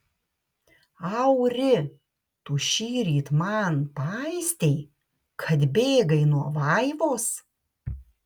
auri tu šįryt man paistei kad bėgai nuo vaivos